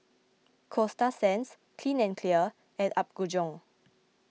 Coasta Sands Clean and Clear and Apgujeong